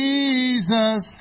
Jesus